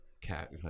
Cat